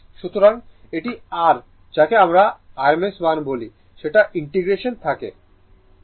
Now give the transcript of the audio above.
সুতরাং এটি r যাকে আমরা RMS মান বলি সেটা ইন্টিগ্রেশন থেকে পাচ্ছি